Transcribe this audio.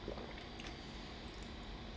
what